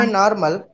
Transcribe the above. normal